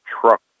truck